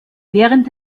während